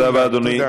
תודה.